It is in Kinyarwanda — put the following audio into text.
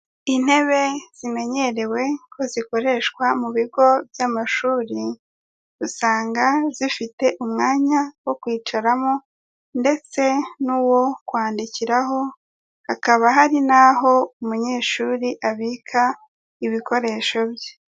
Intebe zimenyerewe ko zikoreshwa mu bigo by'amashuri, usanga zifite umwanya wo kwicaramo ndetse n'uwo kwandikiraho, hakaba hari n'aho umunyeshuri abika ibikoresho bye.